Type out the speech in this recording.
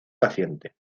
paciente